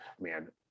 man